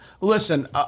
Listen